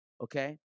Okay